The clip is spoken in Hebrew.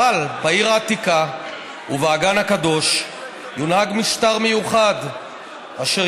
אבל בעיר העתיקה ובאגן הקודש יונהג משטר מיוחד אשר